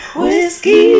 whiskey